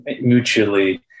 mutually